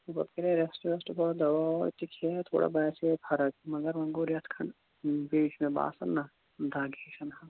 پَتہٕ کَرے رٮ۪سٹ وٮ۪سٹہٕ تھوڑا دَوا وَوا تہِ کھےٚ یے تھوڑا باسے یے فَرق مَگر وۄنۍ گوٚو رٮ۪تھ کھَنٛڈ بیٚیہِ چھُ مےٚ باسان نا دَگ ہِش حظ